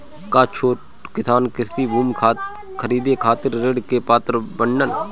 का छोट किसान कृषि भूमि खरीदे खातिर ऋण के पात्र बाडन?